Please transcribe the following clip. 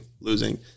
losing